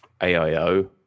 AIO